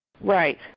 Right